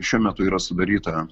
šiuo metu yra sudaryta